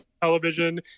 television